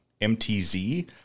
MTZ